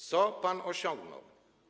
Co pan osiągnął?